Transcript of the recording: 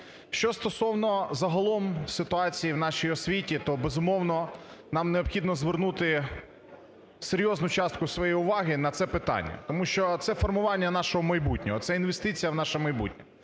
Що стосовно загалом ситуації в нашій освіті, то безумовно нам необхідно звернути серйозну частку своєї уваги на це питання, тому це формування нашого майбутнього, це інвестиція в наше майбутнє.